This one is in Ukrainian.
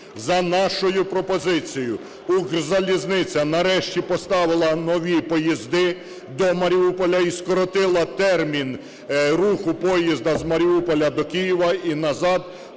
За нашою пропозицію "Укрзалізниця" нарешті поставила нові поїзди до Маріуполя і скоротила термін руху поїзда з Маріуполя до Києва і назад